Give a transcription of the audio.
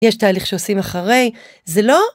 יש תהליך שעושים אחרי, זה לא